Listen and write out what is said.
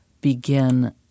begin